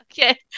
Okay